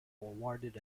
awarded